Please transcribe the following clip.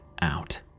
out